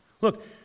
Look